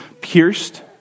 pierced